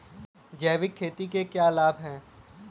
जैविक खेती के क्या लाभ हैं?